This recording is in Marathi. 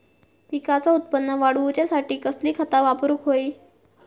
पिकाचा उत्पन वाढवूच्यासाठी कसली खता वापरूक होई?